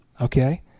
Okay